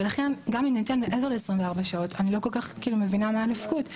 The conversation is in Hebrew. ולכן גם אם ניתן מעבר ל-24 שעות אני לא כל כך מבינה מה הנפקות,